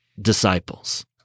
disciples